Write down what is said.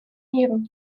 миру